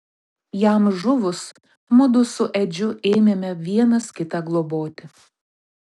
jam žuvus mudu su edžiu ėmėme vienas kitą globoti